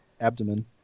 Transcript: abdomen